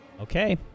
Okay